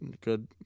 Good